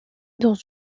dans